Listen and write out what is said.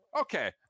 Okay